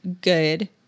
good